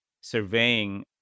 surveying